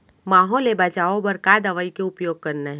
माहो ले बचाओ बर का दवई के उपयोग करना हे?